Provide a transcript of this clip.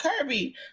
Kirby